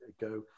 go